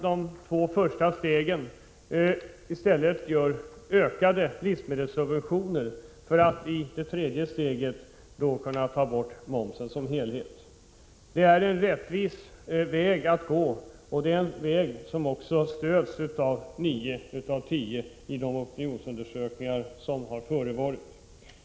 De två första stegen skulle kunna innebära ökade livsmedelssubventioner och det tredje steget skulle kunna innebära att matmomsen som helhet togs bort. Det vore en rättvis väg att gå, och det är ett förslag som nio av tio stöder i de opinionsundersökningar som har förevarit.